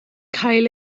cael